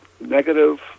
negative